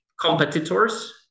competitors